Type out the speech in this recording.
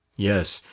yes,